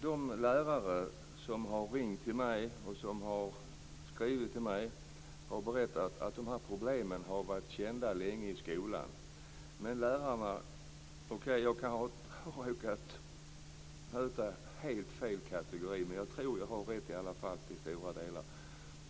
De lärare som ringt och skrivit till mig har berättat att de här problemen länge varit kända i skolan. Okej, jag kan ha råkat möta helt fel kategori men jag tror att jag ändå till stora delar har rätt.